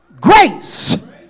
grace